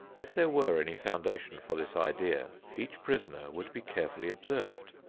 if there were any foundation for this idea, each prisoner would be carefully observed,